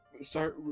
start